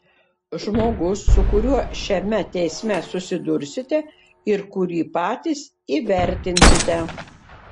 žmogus su kuriuo šiame teisme susidursite ir kurį patys įvertinsite